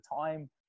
time